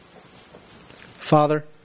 Father